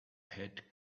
had